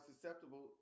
susceptible